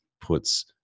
puts